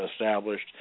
established